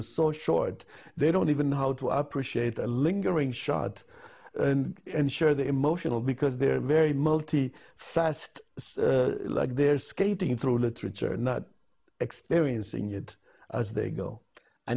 and so short they don't even know how to appreciate a lingering shot and show the emotional because they're very multi fast like they're skating through literature not experiencing it as they go i